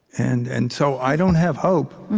and and so i don't have hope,